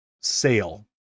sale